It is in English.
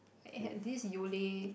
had had this Yole